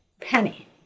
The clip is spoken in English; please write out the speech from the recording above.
penny